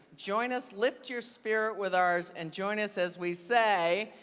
join us, lift your spirit with ours and join us as we say,